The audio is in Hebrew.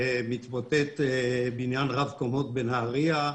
מתמוטט בניין רב קומות בנהריה,